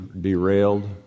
derailed